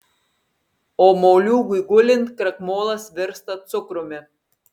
o moliūgui gulint krakmolas virsta cukrumi